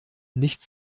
nicht